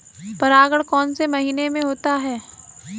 परागण कौन से महीने में होता है?